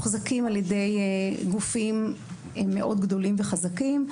מוחזקים על ידי גופים מאוד גדולים וחזקים,